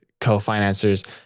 co-financers